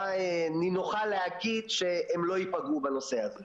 נינוחה להגיד שהם לא ייפגעו בנושא הזה.